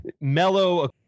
mellow